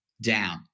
down